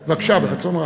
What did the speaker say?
בבקשה, ברצון רב.